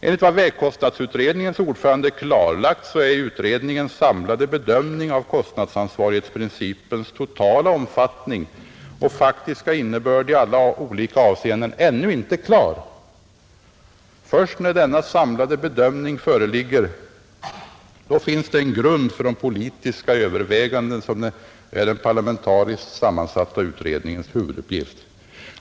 Enligt vad vägkostnadsutredningens ordförande klarlagt är utredningens samlade bedömning av kostnadsansvarighetsprincipens totala omfattning och faktiska innebörd i alla olika avseenden ännu inte klar. Först när denna samlade bedömning föreligger finns en grund för de politiska överväganden som är den parlamentariskt sammansatta utredningens huvuduppgift.